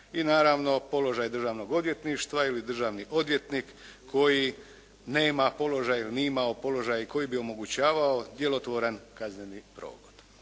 i naravno položaj državnog odvjetništva ili državni odvjetnik koji nema položaj ili nije imao položaj koji bi omogućavao djelotvoran kazneni progon.